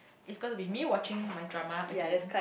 it's gonna be me watching my drama again